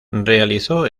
realizó